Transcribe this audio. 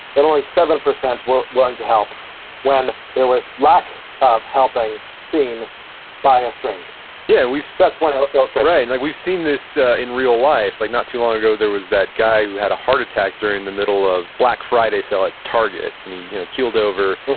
that only seven percent were willing to help when there was lack of helping seen by a stranger yeah and we've so that's one illustration right. like, we've seen this in real life. like, not too long ago, there was that guy who had a heart attack during the middle of black friday sale at target. and he you know keeled over,